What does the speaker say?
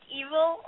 evil